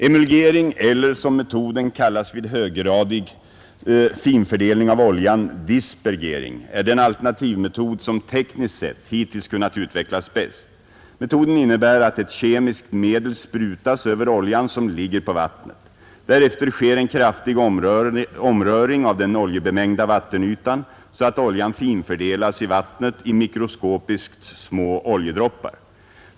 Emulgering eller, som metoden kallas vid höggradig finfördelning av oljan, dispergering är den alternativmetod som tekniskt sett hittills kunnat utvecklas bäst. Metoden innebär att ett kemiskt medel sprutas över oljan som ligger på vattnet. Därefter sker en kraftig omröring av den oljebemängda vattenytan, så att oljan finfördelas i vattnet i mikroskopiskt små oljedroppar.